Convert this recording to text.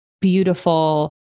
beautiful